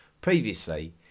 previously